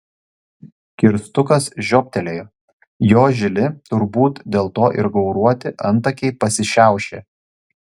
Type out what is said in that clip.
kirstukas žiobtelėjo jo žili turbūt dėl to ir gauruoti antakiai pasišiaušė